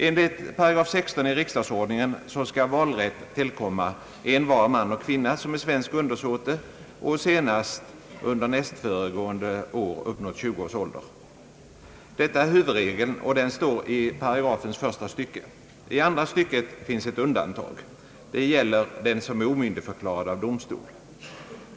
Enligt § 16 riksdagsordningen skall valrätt tillkomma >en var man och kvinna, som är svensk undersåte och senast under nästföregående kalenderår uppnått tjugu års ålder». Detta är huvudregeln, och den står i paragrafens första stycke. I andra stycket finns ett undantag; det gäller den som är omyndigförklarad av domstol.